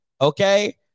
Okay